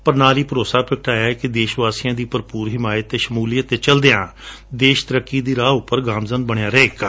ਪਰ ਨਾਲ ਹੀ ਭਰੋਸਾ ਪ੍ਰਗਟਾਇਆ ਕਿ ਦੇਸ਼ ਵਾਸੀਆਂ ਦੀ ਭਰਪੂਰ ਹਿਮਾਇਤ ਅਤੇ ਸ਼ਮੁਲੀਅਤ ਦੇ ਚਲਦਿਆਂ ਦੇਸ਼ ਤਰੱਕੀ ਦੀ ਰਾਹ ਊਪਰ ਗਾਮਜਨ ਬਣਿਆ ਰਹੇਗਾ